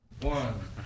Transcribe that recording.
One